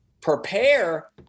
prepare